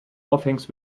aufhängst